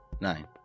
nine